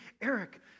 Eric